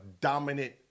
dominant